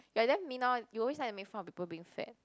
you're damn mean lor you always like to make fun of people being fat